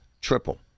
triple